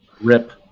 rip